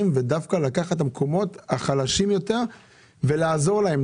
ודווקא לקחת את המקומות החלשים יותר ולעזור להם.